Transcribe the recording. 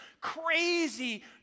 crazy